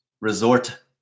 resort